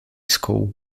school